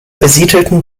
besiedelten